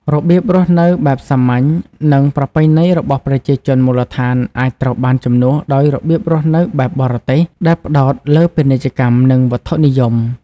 របៀបរស់នៅបែបសាមញ្ញ និងប្រពៃណីរបស់ប្រជាជនមូលដ្ឋានអាចត្រូវបានជំនួសដោយរបៀបរស់នៅបែបបរទេស ដែលផ្តោតលើពាណិជ្ជកម្ម និងវត្ថុនិយម។